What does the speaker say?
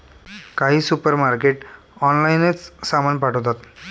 काही सुपरमार्केट ऑनलाइनच सामान पाठवतात